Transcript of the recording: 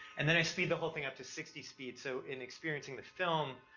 and then i speed the whole thing up to sixty speed so in experiencing the film,